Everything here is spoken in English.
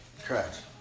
correct